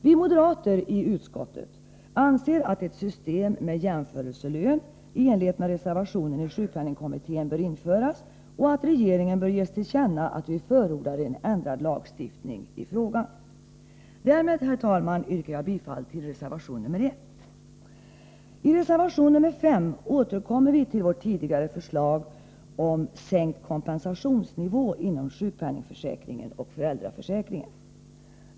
Vi moderater i utskottet anser att ett system med jämförelselön i enlighet med reservationen i sjukpenningkommittén bör införas, och att regeringen bör ges till känna att vi förordar en ändrad lagstiftning i frågan. Därmed, herr talman, yrkar jag bifall till reservation nr 1. I reservation nr 5 återkommer vi till vårt tidigare förslag om sänkt kompensationsnivå inom sjukpenningförsäkringen och föräldraförsäkringen.